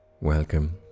welcome